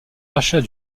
achat